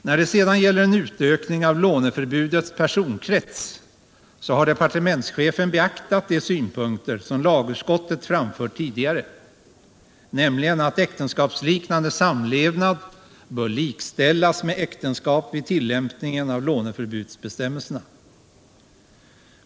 När det sedan gäller en utökning av låneförbudets personkrets har departementschefen beaktat de synpunkter som lagutskottet framfört tidigare, nämligen att äktenskapsliknande samlevnad bör likställas med äktenskap vid tillämpningen av låneförbudsbestämmelserna.